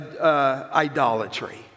idolatry